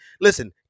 listen